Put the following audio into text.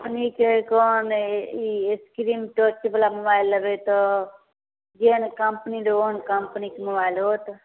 कम्पनीके कोन ई इस्क्रीन टचवला मोबाइल लेबै तऽ जेहन कम्पनी लेबै ओहन कम्पनीके मोबाइल होत